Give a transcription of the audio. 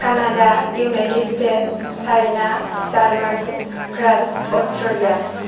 Canada United State China Germany France Australia